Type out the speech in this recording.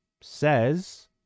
says